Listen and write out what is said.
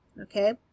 okay